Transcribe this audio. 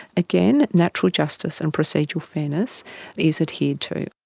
again, natural justice and procedural fairness is adhered to.